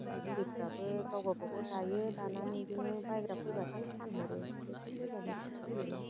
आरो बुरैफ्राबो गावगा बागाव दायो दानानै इदिनो बायग्रा फैब्लाथाय फानहरो गोजान गोजाननिफ्राय फैयोना